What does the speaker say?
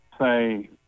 say